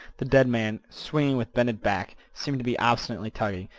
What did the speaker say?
the dead man, swinging with bended back, seemed to be obstinately tugging,